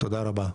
תודה רבה.